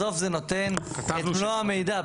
בסוף זה נותן את מלוא המידע.